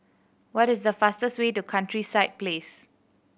what is the fastest way to Countryside Place